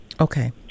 Okay